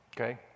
Okay